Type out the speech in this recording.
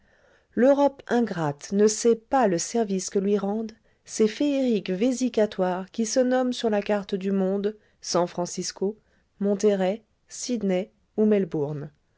l'europe ingrate ne sait pas le service que lui rendent ces féeriques vésicatoires qui se nomment sur la carte du monde san-francisco monterey sydney ou melbourne